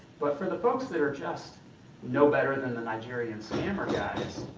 but for the folks there are just no better than the nigerian scammer guys,